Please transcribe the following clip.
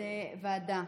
לאיזה ועדה.